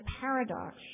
paradox